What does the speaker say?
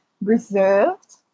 reserved